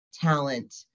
talent